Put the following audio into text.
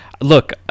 look